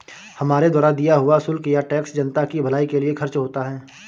हमारे द्वारा दिया हुआ शुल्क या टैक्स जनता की भलाई के लिए खर्च होता है